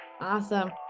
Awesome